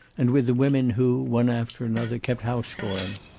and with the women who, one after another, kept house for him.